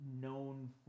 known